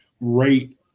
rate